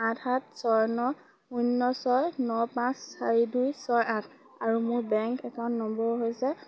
সাত সাত ছয় ন শূন্য ছয় ন পাঁচ চাৰি দুই ছয় আঠ আৰু মোৰ বেংক একাউণ্ট নম্বৰ হৈছে